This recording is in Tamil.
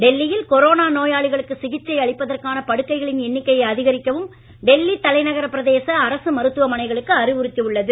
டெல்லியில் கொரோனா நோயாளிகளுக்கு சிகிச்சை அளிப்பதற்கான படுக்கைகளின் எண்ணிக்கையை அதிகரிக்கவும் டெல்லி தலைநகரப் பிரதேச அரசு மருத்துவமனைகளுக்கு அறிவுறுத்தி உள்ளது